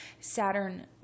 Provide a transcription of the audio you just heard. Saturn